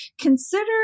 consider